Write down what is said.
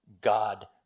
God